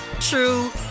true